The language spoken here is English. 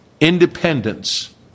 independence